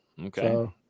Okay